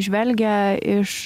žvelgia iš